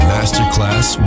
Masterclass